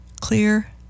clear